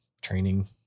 training